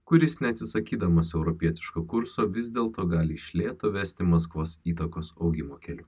kuris neatsisakydamas europietiško kurso vis dėlto gali iš lėto vesti maskvos įtakos augimo keliu